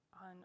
on